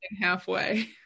halfway